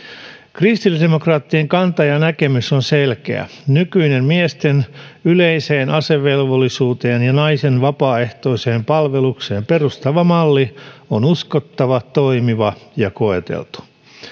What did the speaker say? kristillisdemokraattien kanta ja näkemys on selkeä nykyinen miesten yleiseen asevelvollisuuteen ja naisten vapaaehtoiseen palvelukseen perustuva malli on uskottava toimiva ja koeteltu